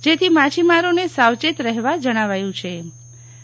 જેથી માછીમારોને સાવચેત રહેવા જણાવાયું છો